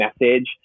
message